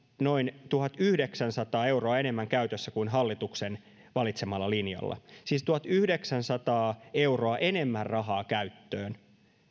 noin tuhatyhdeksänsataa euroa enemmän käytössä kuin hallituksen valitsemalla linjalla siis tuhatyhdeksänsataa euroa enemmän rahaa käyttöön